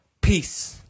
Peace